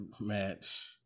match